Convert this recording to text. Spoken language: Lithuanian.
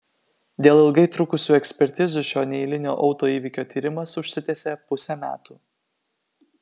dėl ilgai trukusių ekspertizių šio neeilinio autoįvykio tyrimas užsitęsė pusę metų